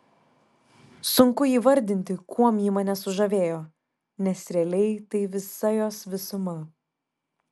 sunku įvardinti kuom ji mane sužavėjo nes realiai tai visa jos visuma